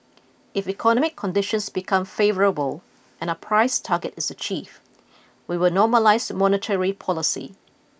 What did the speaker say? if economic conditions become favourable and our price target is achieved we will normalise monetary policy